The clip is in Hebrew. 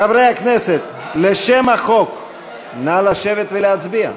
חברי הכנסת, לשם החוק נא לשבת ולהצביע.